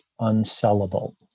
unsellable